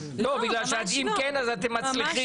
לא, בגלל שאם כן אז אתם מצליחים.